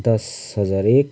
दस हजार एक